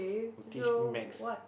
who teach me maths